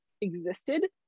existed